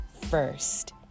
first